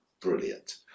brilliant